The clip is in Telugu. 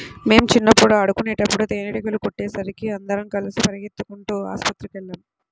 మేం చిన్నప్పుడు ఆడుకునేటప్పుడు తేనీగలు కుట్టేసరికి అందరం కలిసి పెరిగెత్తుకుంటూ ఆస్పత్రికెళ్ళాం